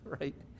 right